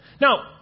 Now